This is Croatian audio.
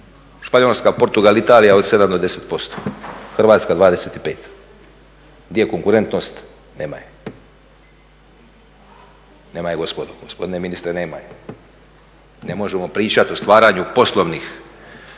Španjolska, Portugal, Italija od 7 do 10%, Hrvatska 25%. Di je konkurentnost nema je, nema je gospodo, gospodine ministre nema je. Ne možemo pričati o stvaranju poslovnih,